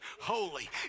holy